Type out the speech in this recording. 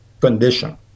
condition